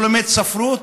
או לומד ספרות,